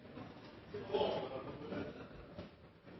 Jeg har